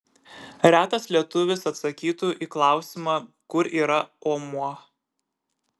retas lietuvis atsakytų į klausimą kur yra omuo